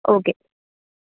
okay